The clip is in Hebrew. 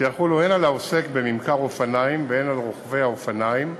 שיחולו הן על העוסק בממכר אופניים והן על רוכבי האופניים,